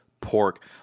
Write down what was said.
pork